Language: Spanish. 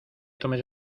tomes